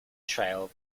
trail